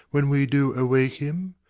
when we do awake him.